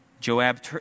Joab